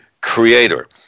creator